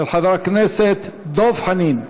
של חבר הכנסת דב חנין.